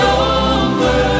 over